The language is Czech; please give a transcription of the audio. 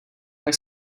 tak